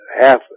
half